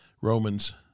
Romans